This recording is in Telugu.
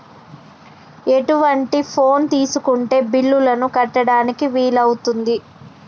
ఎటువంటి ఫోన్ తీసుకుంటే బిల్లులను కట్టడానికి వీలవుతది?